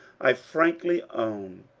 i frankly own.